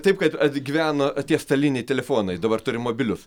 taip kad atgyveno tie staliniai telefonai dabar turim mobilius